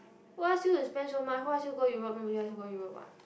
who ask you to spend so much who you ask go Europe nobody ask you go what